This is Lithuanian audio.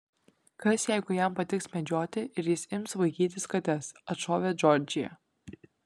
kas jeigu jam patiks medžioti ir jis ims vaikytis kates atšovė džordžija